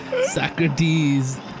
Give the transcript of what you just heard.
Socrates